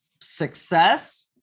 Success